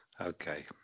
Okay